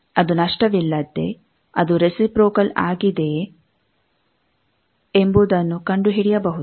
ಅದು ನಷ್ಟವಿಲ್ಲದ್ದೇ ಅದು ರೆಸಿಪ್ರೋಕಲ್ ಆಗಿದೆಯೇ ಎಂಬುದನ್ನು ಕಂಡುಹಿಡಿಯಬಹುದು